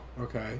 okay